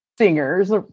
singers